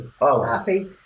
Happy